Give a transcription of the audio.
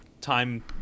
time